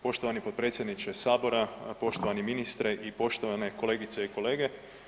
Poštovani potpredsjedniče Sabora, poštovani ministre i poštovane kolegice i kolege.